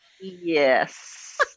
Yes